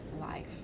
life